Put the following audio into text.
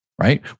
Right